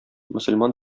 мөселман